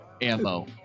ammo